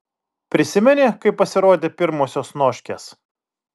prisimeni kai pasirodė pirmosios noškės